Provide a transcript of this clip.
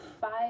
Five